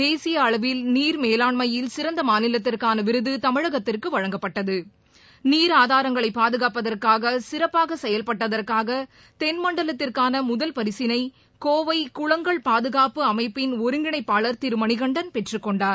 தேசியஅளவில் நீர் மேலாண்மையில் சிறந்தமாநிலத்திற்கானவிருதுமிழகத்திற்குவழங்கப்பட்டது ஆதாரங்களைபாதுகாப்பதற்காகசிறப்பாகசெயல்பட்டதற்காகதென்மண்டலத்திற்கானமுதல் நீர் பரிசினைகோவைகுளங்கள் பாதுகாப்பு அமைப்பின் ஒருங்கிணைப்பாளர் திருமணிகண்டன் பெற்றுக் கொண்டார்